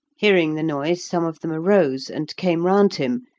hearing the noise, some of them arose, and came round him,